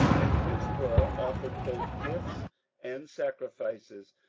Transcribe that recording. in which were offered both gifts and sacrifices,